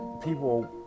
People